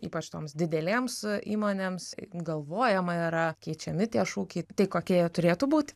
ypač toms didelėms įmonėms galvojama yra keičiami tie šūkiai tai kokie jie turėtų būt